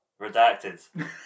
redacted